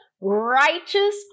righteous